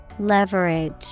Leverage